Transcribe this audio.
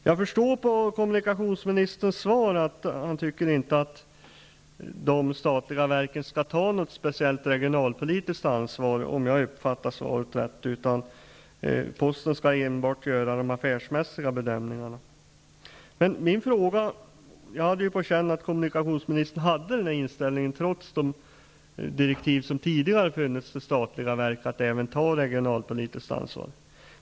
Jag förstår av kommunikationsministerns svar -- om jag uppfattar det rätt -- att han inte tycker att de statliga verken skall ta något speciellt regionalpolitiskt ansvar. Posten skall enbart göra de affärsmässiga bedömningarna. Jag hade på känn att kommunikationsministern hade den inställningen, trots de direktiv som tidigare har funnits för statliga verk att även ta regionalpolitiskt ansvar.